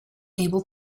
able